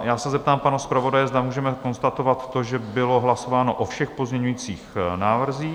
Já se zeptám pana zpravodaje, zda můžeme konstatovat to, že bylo hlasováno o všech pozměňujících návrzích.